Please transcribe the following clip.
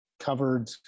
covered